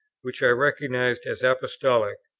which i recognized as apostolic,